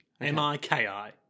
M-I-K-I